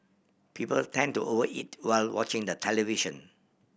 people tend to over eat while watching the television